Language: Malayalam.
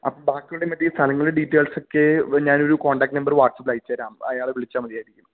അപ്പോള് ബാക്കിയുള്ള മറ്റ് സ്ഥലങ്ങളും ഡീറ്റെയിൽസുമൊക്കെ ഞാനൊരു കോണ്ടാക്ട് നമ്പര് വാട്സാപ്പിൽ അയച്ചുതരാം അയാളെ വിളിച്ചാല് മതിയായിരിക്കും